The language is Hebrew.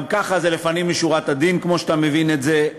גם ככה זה לפנים משורת הדין, כמו שאתה מבין את זה.